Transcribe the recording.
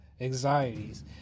anxieties